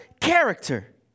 character